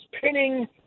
pinning